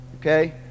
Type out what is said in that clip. Okay